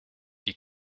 die